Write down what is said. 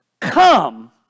come